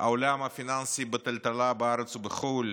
העולם הפיננסי בטלטלה בארץ ובחו"ל,